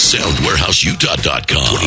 SoundWarehouseUtah.com